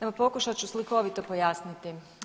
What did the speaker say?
Evo pokušat ću slikovito pojasniti.